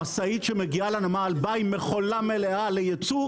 המשאית שמגיעה לנמל מגיעה עם מכולה מלאה לייצוא,